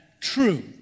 True